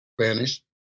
Spanish